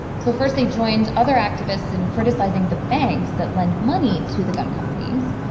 so first, they joined other activists in criticizing the banks that lend money to the gun companies,